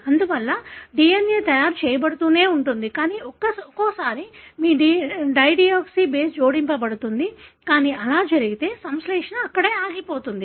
అందువల్ల DNA తయారు చేయబడుతూనే ఉంది కానీ ఒక్కోసారి మీ డైడియోక్సీ బేస్ జోడించబడుతుంది కానీ అలా జరిగితే సంశ్లేషణ అక్కడే ఆగిపోతుంది